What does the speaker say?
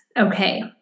Okay